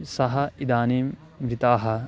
सः इदानीं मृतः